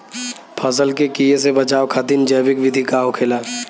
फसल के कियेसे बचाव खातिन जैविक विधि का होखेला?